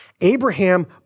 Abraham